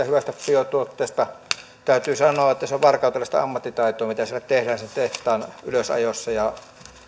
hyvästä biotuotteesta täytyy sanoa että se on varkautelaista ammattitaitoa mitä siellä tehtaan ylösajossa ja